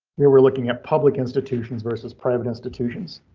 we're we're looking at public institutions versus private institutions.